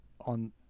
on